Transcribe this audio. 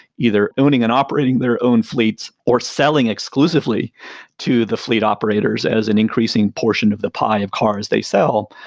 either owning and operating their own fleets, or selling exclusively to the fleet operators as an increasing portion of the pie of cars they sell,